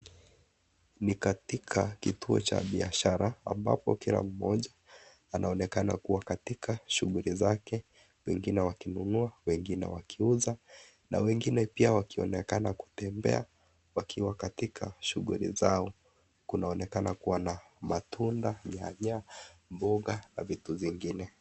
Ni katika kituo cha biashara ambapo kila mmoja anaonekana kuwa katika shughuli zake, wengine wa kinunua, wengine wakiuza, na wengine pia wakionekana kutembea wakiwa katika shughuli zao. Kunaonekana kuwa na matunda, nyanya, mboga, na vitu zingine.